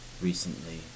recently